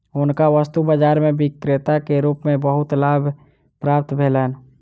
हुनका वस्तु बाजार में विक्रेता के रूप में बहुत लाभ प्राप्त भेलैन